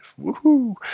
Woohoo